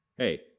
Hey